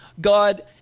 God